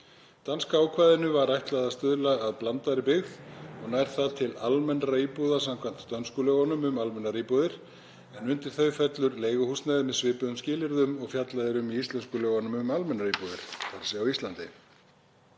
Danska ákvæðinu var ætlað að stuðla að blandaðri byggð og nær það til almennra íbúða samkvæmt dönsku lögunum um almennar íbúðir en undir þau fellur leiguhúsnæði með svipuðum skilyrðum og fjallað er um í íslensku lögunum um almennar íbúðir á Íslandi.